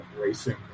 racing